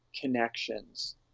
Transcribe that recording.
connections